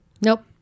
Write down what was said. Nope